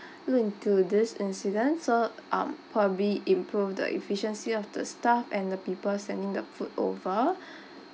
look into this incident so um probably improve the efficiency of the staff and the people sending the food over